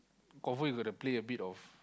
confirm you gotta play a bit of